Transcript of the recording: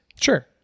Sure